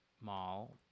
mall